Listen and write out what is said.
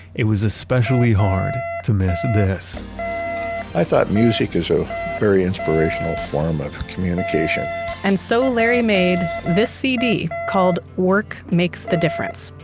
it was especially hard to miss it i thought music is a very inspirational form of communication and so larry made this cd called work makes the difference.